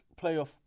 playoff